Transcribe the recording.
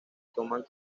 toman